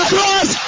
Cross